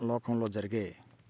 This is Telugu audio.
లోకంలో జరిగే